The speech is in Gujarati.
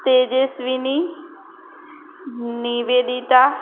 તેજસ્વીની નિવેદિતા